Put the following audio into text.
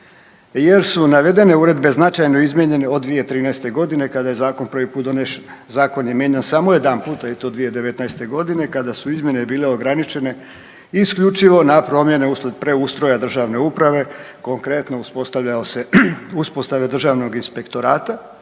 jer su navedene uredbe značajno izmijenjene od 2013. godine kada je zakon prvi put donesen. Zakon je mijenjan samo jedan puta i to 2019. godine kada su izmjene bile ograničene isključivo na promjene uslijed preustroja državne uprave, konkretno uspostavljao se,